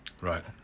Right